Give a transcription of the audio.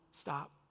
stop